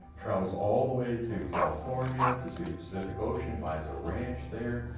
travels all the way to california to see the pacific ocean, buys a ranch there,